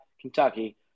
Kentucky